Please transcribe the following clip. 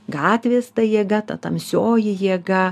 gatvės ta jėga ta tamsioji jėga